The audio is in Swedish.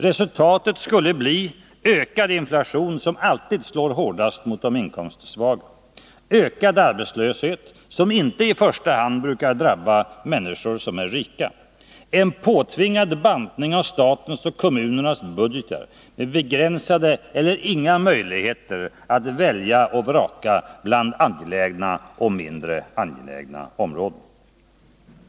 Resultatet skulle bli en ökad inflation, som alltid slår hårdast mot de inkomstsvaga, ökad arbetslöshet, som inte i första hand brukar drabba människor som är rika, och en påtvingad bantning av statens och kommunernas budgetar med begränsade eller inga möjligheter för stat och kommun att välja och vraka bland angelägna och mindre angelägna områden.